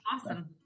awesome